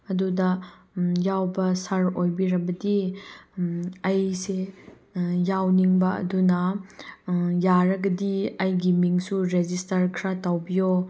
ꯑꯗꯨꯗ ꯌꯥꯎꯕ ꯁꯥꯔ ꯑꯣꯏꯕꯤꯔꯕꯗꯤ ꯑꯩꯁꯦ ꯌꯥꯎꯅꯤꯡꯕ ꯑꯗꯨꯅ ꯌꯥꯔꯒꯗꯤ ꯑꯩꯒꯤ ꯃꯤꯡꯁꯨ ꯔꯦꯖꯤꯁꯇꯔ ꯈꯔ ꯇꯧꯕꯤꯌꯣ